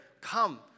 Come